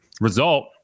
result